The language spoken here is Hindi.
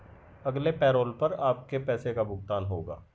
अगले पैरोल पर आपके पैसे का भुगतान होगा